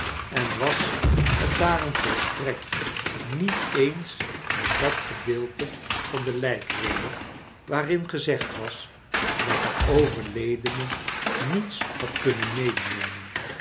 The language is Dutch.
en was het daarom volstrekt niet eens met dat gedeelte van de lijkrede waarin gezegd was dat de overledene niets had kunnen medenemen